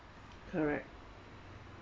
correct